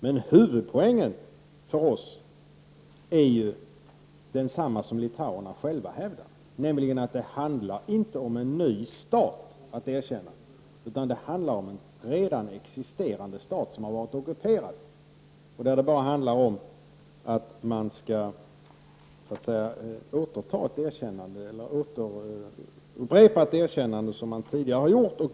Men huvudpoängen för oss är densamma som litauerna själva hävdar, nämligen att det handlar inte om en ny stat att erkänna utan om en redan existerande stat som har varit ockuperad och där det bara handlar om att så att säga upprepa ett erkännande som man tidigare har gjort.